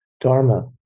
Dharma